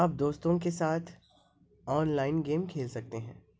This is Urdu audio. اب دوستوں کے ساتھ آن لائن گیم کھیل سکتے ہیں